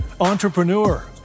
entrepreneur